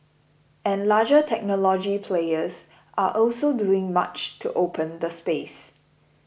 and larger technology players are also doing much to open the space